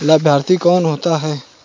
लाभार्थी कौन होता है?